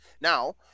Now